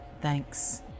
thanks